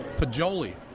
Pajoli